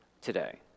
today